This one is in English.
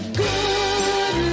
good